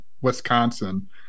Wisconsin